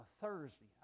Thursday